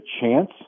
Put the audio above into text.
chance